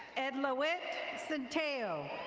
edlowit sentayo.